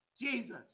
Jesus